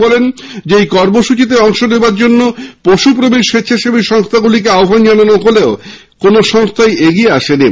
তিনি বলেন এই কর্মসূচীতে অংশ নেওয়ার জন্য পশুপ্রেমী স্বেচ্ছাসেবী সংস্হাগুলিকে আহ্বান জানানো হলেও কোন সংস্হা এগিয়ে আসেনি